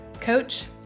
coach